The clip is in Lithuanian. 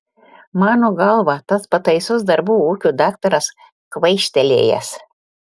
mano galva tas pataisos darbų ūkio daktaras kvaištelėjęs